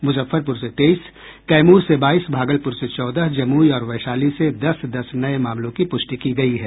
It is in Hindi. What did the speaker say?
मुजफ्फरपुर से तेईस कैमूर से बाईस भागलपुर से चौदह जमुई और वैशाली से दस दस नये मामलों की पुष्टि की गयी है